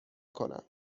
کنم